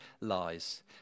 lies